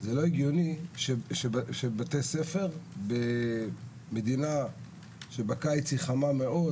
זה לא הגיוני שבתי ספר במדינה שבקיץ היא חמה מאוד,